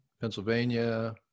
Pennsylvania